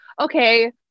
okay